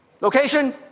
location